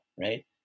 Right